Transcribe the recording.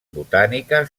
botànica